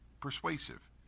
persuasive